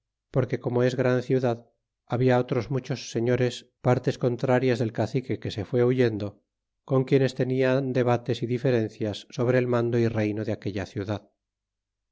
porque como es gran ciudad habia otros muchos señores partes contrarias del cacique que se fue huyendo con quien tenian debates y diferencias sobre el mando y reyno de aquella ciudad